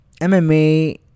mma